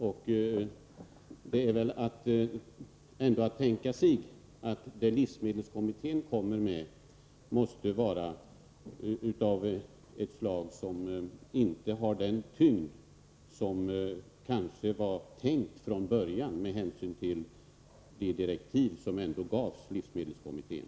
Man får väl då anta att det livsmedelskommittén kommer med inte har den tyngd som kanske var tänkt från början, med hänsyn till de direktiv som ändå gavs till kommittén.